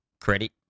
credit